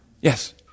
Yes